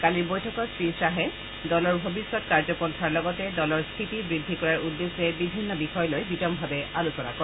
কালিৰ বৈঠকত শ্ৰী খাহে দলৰ ভৱিষ্যত কাৰ্যপন্থাৰ লগতে দলৰ স্থিতি বৃদ্ধি কৰাৰ উদ্দেশ্যে বিভিন্ন বিষয় লৈ বিতংভাৱে আলোচনা কৰে